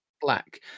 black